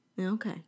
Okay